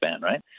right